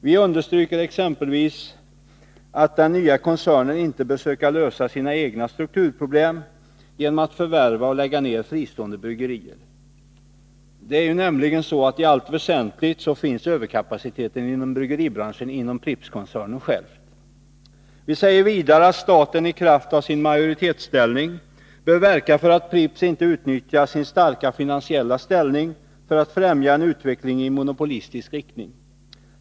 Vi understryker exempelvis att den nya koncernen inte bör söka lösa sina egna strukturproblem genom att förvärva och lägga ned fristående bryggerier. I allt väsentligt finns nämligen överkapaciteten inom bryggeribranschen inom Prippskoncernen själv. Vi säger vidare att staten, i kraft av sin majoritetsställning, bör verka för att Pripps inte utnyttjar sin starka finansiella ställning för att främja en utveckling i monopolistisk riktning.